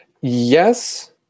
Yes